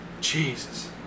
Jesus